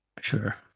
Sure